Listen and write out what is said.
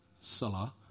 Salah